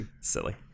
silly